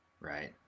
Right